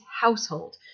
household